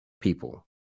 people